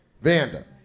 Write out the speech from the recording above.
Vanda